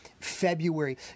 February